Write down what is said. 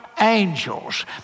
angels